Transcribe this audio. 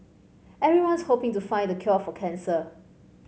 everyone's hoping to find the cure for cancer